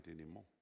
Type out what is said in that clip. anymore